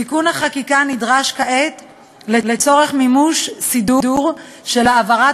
תיקון החקיקה נדרש כעת לצורך מימוש סדור של העברת